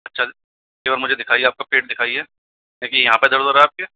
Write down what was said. चल इधर मुझे दिखाइए आपका पेट दिखाइए देखिए यहाँ पर दर्द हो रहा है आपके